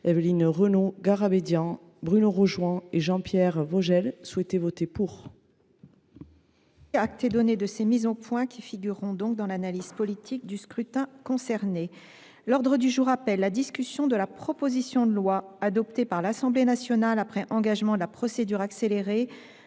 Évelyne Renaud Garabedian, Bruno Rojouan et Jean Pierre Vogel souhaitaient voter pour. Acte est donné de vos mises au point, mes chères collègues. Elles figureront dans l’analyse politique du scrutin concerné. L’ordre du jour appelle la discussion de la proposition de loi, adoptée par l’Assemblée nationale après engagement de la procédure accélérée,